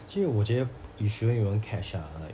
其实我觉得 you shouldn't even catch ah like